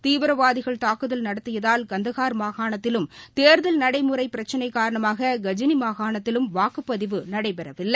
தீவிரவாதிகள் தாக்குதல் நடத்தியதால் கந்தகார் மாகாணத்திலும் தேர்தல் நடைமுறை பிரச்சினை காரணமாக கஜினி மாகாணத்திலும் வாக்குப்பதிவு நடைபெறவில்லை